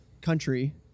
country